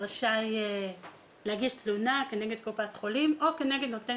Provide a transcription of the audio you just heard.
רשאי להגיש תלונה כנגד קופת חולים או כנגד נותן